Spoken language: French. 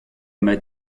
m’as